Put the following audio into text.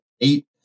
eight